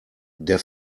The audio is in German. der